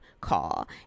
call